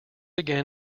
again